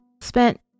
spent